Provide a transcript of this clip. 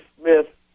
Smith